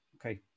okay